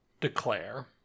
declare